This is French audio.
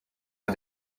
est